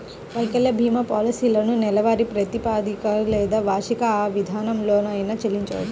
వైకల్య భీమా పాలసీలను నెలవారీ ప్రాతిపదికన లేదా వార్షిక విధానంలోనైనా చెల్లించొచ్చు